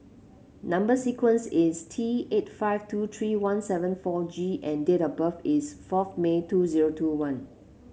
number sequence is T eight five two three one seven four G and date of birth is fourth May two zero two one